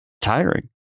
tiring